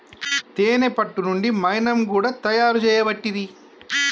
తేనే పట్టు నుండి మైనం కూడా తయారు చేయబట్టిరి